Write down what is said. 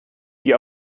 die